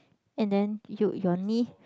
and then you your knee